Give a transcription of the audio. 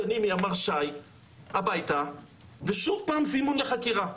מימ"ר ש"י הביתה ושוב פעם זימון לחקירה,